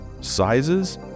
sizes